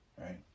right